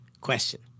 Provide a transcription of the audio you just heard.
question